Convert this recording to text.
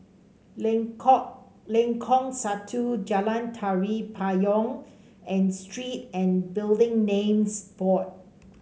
Lengkong Lengkong Satu Jalan Tari Payong and Street and Building Names Board